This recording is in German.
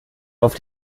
auf